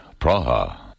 Praha